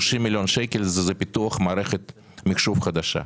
מיליון שקלים זה לפיתוח מערכת מחשוב חדשה.